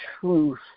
truth